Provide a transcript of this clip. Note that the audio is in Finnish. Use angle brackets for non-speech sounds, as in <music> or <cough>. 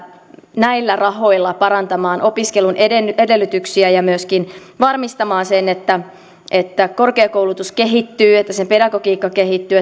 näillä rahoilla parantamaan opiskelun edellytyksiä ja myöskin varmistamaan sen että että korkeakoulutus kehittyy että sen pedagogiikka kehittyy <unintelligible>